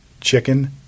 chicken